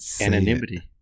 Anonymity